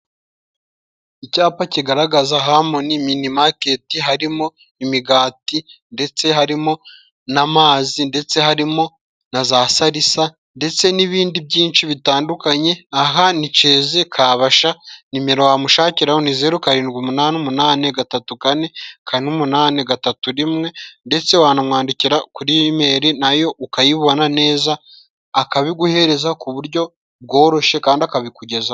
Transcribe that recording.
Icyapa kigaragaza hamoni mini maketi harimo imigati, ndetse harimo n'amazi, ndetse harimo na za salisa ndetse n'ibindi byinshi bitandukanye. Aha cezi kabasha nimero wamushakiraho ni zeru karindwi umunani umunani gatatu kane umunani gatatu rimwe, ndetse wanamwandikira kuri imeli nayo ukayibona neza akabiguhereza ku buryo bworoshe kandi akabikugezaho.